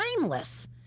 timeless